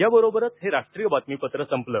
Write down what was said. याबरोबरच हे राष्ट्रीय बातमीपत्र संपलं